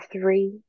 three